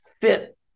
fit